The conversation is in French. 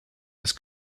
parce